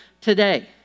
today